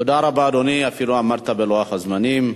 תודה רבה, אדוני, אפילו עמדת בלוח הזמנים.